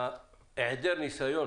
היעדר ניסיון